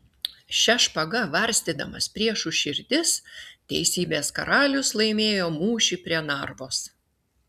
šia špaga varstydamas priešų širdis teisybės karalius laimėjo mūšį prie narvos